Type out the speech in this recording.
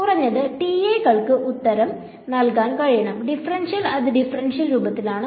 കുറഞ്ഞത് TA കൾക്ക് ഉത്തരം നൽകാൻ കഴിയണം ഡിഫറൻഷ്യൽ അത് ഡിഫറൻഷ്യൽ രൂപത്തിലാണ്